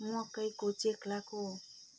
मकैको चेँख्लाको